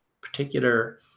particular